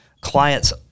clients